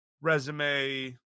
resume